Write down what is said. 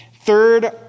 Third